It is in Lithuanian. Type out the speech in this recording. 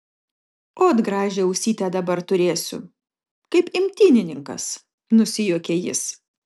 ot gražią ausytę dabar turėsiu kaip imtynininkas nusijuokė jis